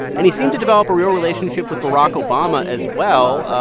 and he seemed to develop a real relationship with barack obama, as well.